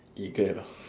eagle ah